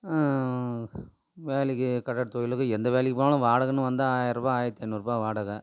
வேலைக்கு கட்டடத் தொழிலுக்கு எந்த வேலைக்கு போனாலும் வாடகைன்னு வந்தால் ஆயிரம் ரூபாய் ஆயிரத்து ஐந்நூறுருபா வாடகை